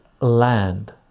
land